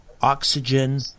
oxygen